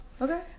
okay